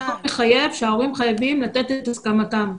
החוק מחייב שההורים חייבים לתת את הסכמתם.